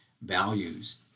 values